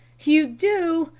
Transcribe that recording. you do!